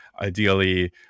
ideally